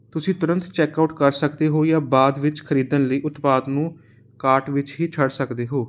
ਤੁਸੀਂ ਤੁਰੰਤ ਚੈਕਆਊਟ ਕਰ ਸਦਕੇ ਹੋ ਜਾਂ ਬਾਅਦ ਵਿੱਚ ਖਰੀਦਣ ਲਈ ਉਤਪਾਦ ਨੂੰ ਕਾਰਟ ਵਿੱਚ ਹੀ ਛੱਡ ਸਕਦੇ ਹੋ